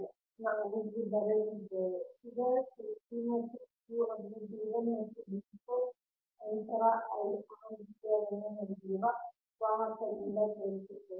ಆದ್ದರಿಂದ ನಾವು ಇಲ್ಲಿ ಬರೆದಿದ್ದೇವೆ ಫಿಗರ್ 2 p ಮತ್ತು q ಅನ್ನು D 1 ಮತ್ತು D 2 ಅಂತರ I ಆಂಪಿಯರ್ ಅನ್ನು ಹೊಂದಿರುವ ವಾಹಕದಿಂದ ತೋರಿಸುತ್ತದೆ